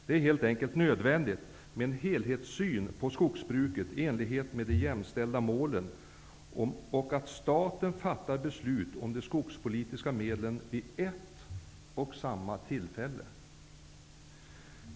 Det är helt enkelt nödvändigt med en helhetssyn på skogsbruket -- i enlighet med de jämställda målen -- och att staten fattar beslut om de skogspolitiska medlen vid ett och samma tillfälle.